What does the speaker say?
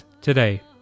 today